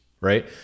right